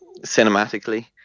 cinematically